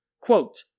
Quote